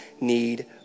need